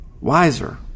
wiser